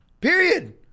Period